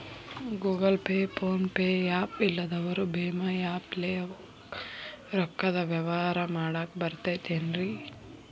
Google Pay, PhonePe app ಇಲ್ಲದವರು Bhim app ಲೇ ರೊಕ್ಕದ ವ್ಯವಹಾರ ಮಾಡಾಕ್ ಬರತೈತೇನ್ರೇ?